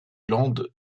landes